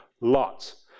lots